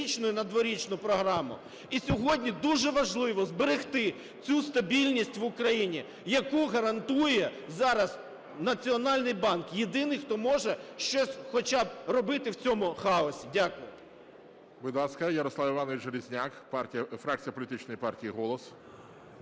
І сьогодні дуже важливо зберегти цю стабільність в Україні, яку гарантує зараз Національний банк - єдиний, хто може щось хоча б робити в цьому хаосі. Дякую.